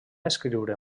escriure